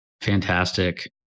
Fantastic